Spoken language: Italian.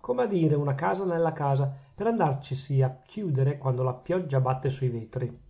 come a dire una casa nella casa per andarcisi a chiudere quando la pioggia batte sui vetri